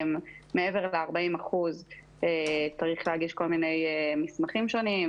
מעבר ל-40% צריך להגיש מסמכים שונים,